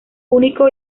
único